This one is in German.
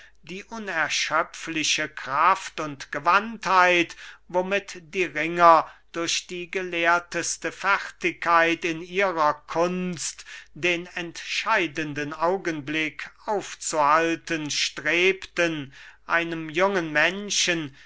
die unerschöpfliche kraft und gewandtheit womit die ringer durch die gelehrteste fertigkeit in ihrer kunst den entscheidenden augenblick aufzuhalten strebten einem jungen menschen